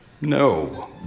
No